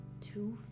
two